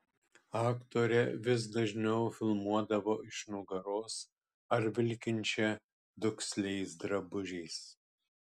aktorę vis dažniau filmuodavo iš nugaros ar vilkinčią duksliais drabužiais